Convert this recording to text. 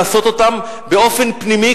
לעשות אותן באופן פנימי,